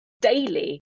daily